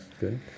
good